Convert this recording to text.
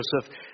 Joseph